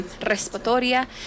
respiratoria